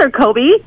Kobe